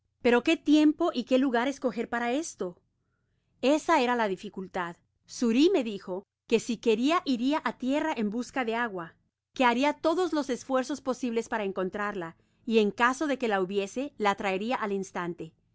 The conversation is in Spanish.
pero qué tiempo y qué lugar escojer para esto esa era la dificultad xuri me dijo que si queria iria á tierra en busca de agua que haria todos los esfuerzos posibles para encontrarla y en caso de que la hubiese la traeria al instante le